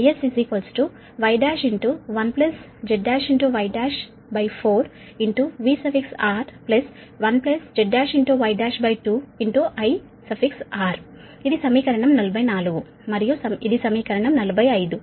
IS Y11Z1Y14VR1Z1Y12IR ఇది సమీకరణం 44 మరియు ఇది సమీకరణం 45